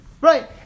Right